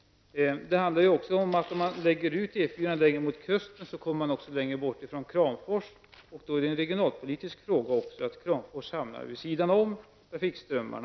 Det handlar även om det faktum att man, om man lägger ut E 4 längre mot kusten, också kommer längre bort från Kramfors. Det blir då också en regionalpolitisk fråga genom att Kramfors mer och mer hamnar vid sidan om trafikströmmarna.